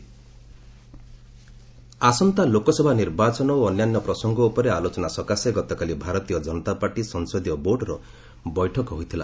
BJP meet ଆସନ୍ତା ଲୋକସଭା ନିର୍ବାଚନ ଓ ଅନ୍ୟାନ୍ୟ ପ୍ରସଙ୍ଗ ଉପରେ ଆଲୋଚନା ସକାଶେ ଗତକାଲି ଭାରତୀୟ କନତା ପାର୍ଟି ସଂସଦୀୟ ବୋର୍ଡର ବୈଠକ ହୋଇଥିଲା